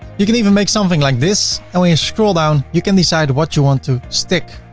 you can even make something like this, and when you scroll down you can decide what you want to stick.